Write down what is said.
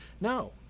No